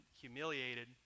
humiliated